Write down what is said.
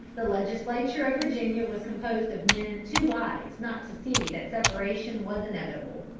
the legislature of virginia was composed of men too wise not to see that separation was inevitable.